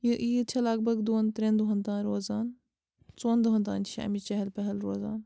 یہِ عیٖد چھِ لَگ بھگ دۄن ترٛیٚن دۄہَن تانۍ روزان ژۄن دۄہَن تانۍ تہِ چھِ اَمِچۍ چہل پہل روزان